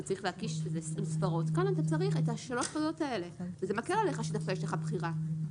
כאן אתה צריך את שלושת הדברים האלה וזה מקל עליך כשיש לך בחירה.